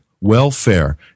welfare